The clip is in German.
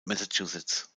massachusetts